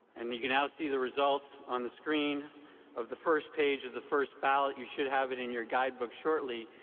and you you can now see the results on the screen of the first page of the first ballot. you should have it in your guidebook shortly.